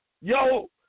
yo